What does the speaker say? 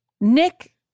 Nick